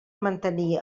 mantenir